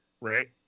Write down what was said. right